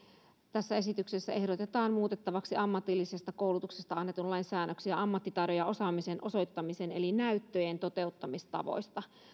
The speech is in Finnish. tässä esityksessä ehdotetaan muutettavaksi ammatillisesta koulutuksesta annetun lain säännöksiä ammattitaidon ja osaamisen osoittamisen eli näyttöjen toteuttamistavoista